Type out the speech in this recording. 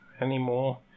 anymore